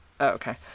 okay